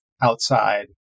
outside